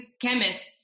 chemists